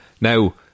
Now